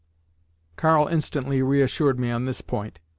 karl instantly reassured me on this point,